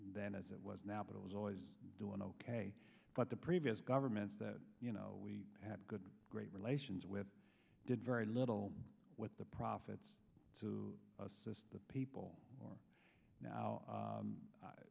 then as it was now but it was always doing ok but the previous governments that you know we had good great relations with did very little with the profits to assist the people now